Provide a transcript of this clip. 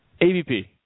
AVP